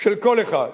של כל אחד,